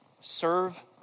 Serve